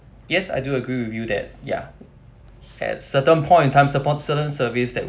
yes I do agree with you that ya at certain point in time certain service that